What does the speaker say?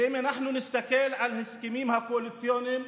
ואם אנחנו נסתכל על ההסכמים הקואליציוניים